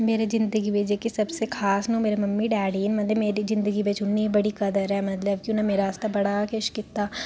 मेरे जिंदगी बिच जेह्के सबसे खास न ओह् मेरे मम्मी डैडी न मतलब मेरी जिंदगी बिच उ'नें गी बड़ी कदर ऐ मतलब कि उ'नें मेरे आस्तै बड़ा किश कीता